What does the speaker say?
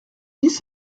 dix